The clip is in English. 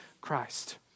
Christ